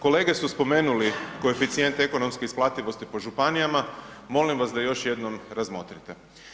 Kolege su spomenuli koeficijent ekonomske isplativosti po županijama, molim vas da još jednom razmotrite.